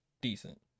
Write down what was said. Decent